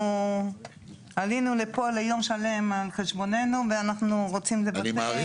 אנחנו עלינו לפה ליום שלם על חשבוננו ואנחנו רוצים לדבר,